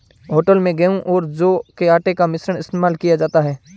hotel में गेहूं और जौ के आटे का मिश्रण इस्तेमाल किया जाता है